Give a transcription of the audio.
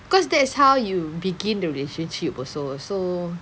cause that's how you begin the relationship also so